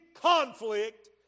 conflict